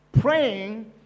Praying